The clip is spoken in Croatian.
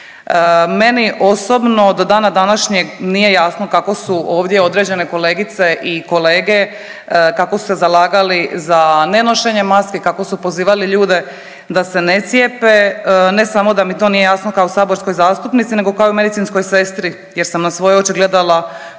Meni osobno do dana današnjeg nije jasno kako su ovdje određene kolegice i kolege, kako su se zalagali za nenošenje maski, kako su pozivali ljude da se ne cijepe, ne samo da mi to nije jasno kao saborskoj zastupnici nego kao i medicinskoj sestri jer sam na svoje oči gledala ljude